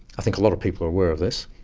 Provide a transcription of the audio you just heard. i think a lot of people are aware of this.